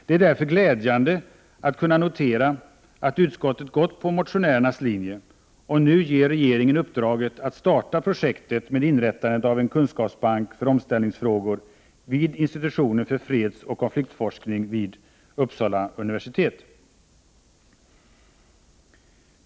Det är därför glädjande att kunna notera att utskottet har gått på motionärernas linje och nu ger regeringen uppdraget att starta projektet med inrättandet av en kunskapsbank för omställningsfrågor vid institutionen för fredsoch konfliktforskning vid Uppsala universitet.